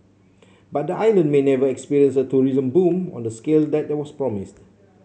but the island may never experience a tourism boom on the scale that was promised